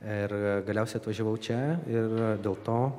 ir galiausiai atvažiavau čia ir dėl to